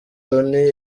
loni